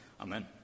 Amen